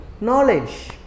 Knowledge